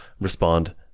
respond